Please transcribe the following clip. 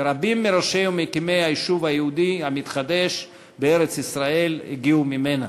ורבים מראשי וממקימי היישוב היהודי המתחדש בארץ-ישראל הגיעו ממנה.